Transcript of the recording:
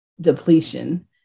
depletion